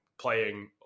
playing